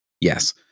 Yes